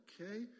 okay